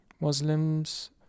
Muslims